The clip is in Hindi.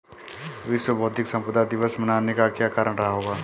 विश्व बौद्धिक संपदा दिवस मनाने का क्या कारण रहा होगा?